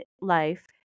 life